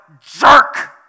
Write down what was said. jerk